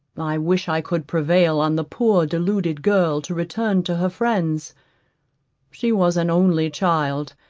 i wish i could prevail on the poor deluded girl to return to her friends she was an only child,